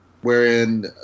wherein